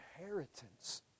inheritance